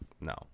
no